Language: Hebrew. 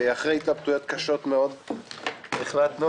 החלטנו